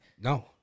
No